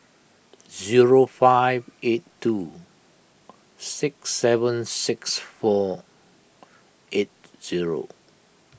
zero five eight two six seven six four eight zero